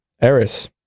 Eris